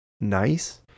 nice